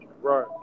Right